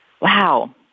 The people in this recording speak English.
wow